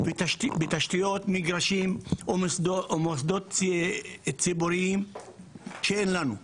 בתשתיות, מגרשים ומוסדות ציבוריים שאין לנו.